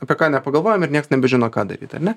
apie ką nepagalvojam ir nieks nebežino ką daryt ar ne